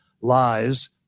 lies